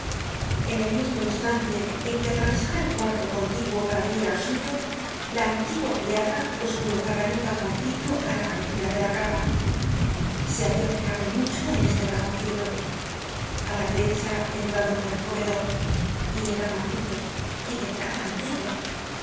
en el mismo instante en que atravesaba el cuarto contiguo para venir al suyo la antigua criada los colocaba en un cajoncito á la cabezera de la cama se habia fijado mucho en este cajoncito a la derecha entrando por el comedor y eran macizos y de plata antigua